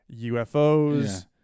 UFOs